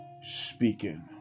speaking